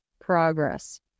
progress